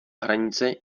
hranice